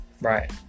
Right